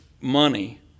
money